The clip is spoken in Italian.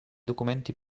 documenti